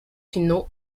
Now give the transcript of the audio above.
pinault